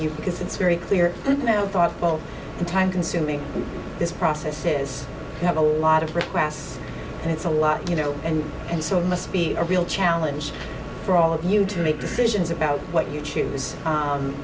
you because it's very clear and no thoughtful and time consuming this process says you have a lot of requests and it's a lot you know and and so must be a real challenge for all of you to make decisions about what you choose